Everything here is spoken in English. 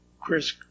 Chris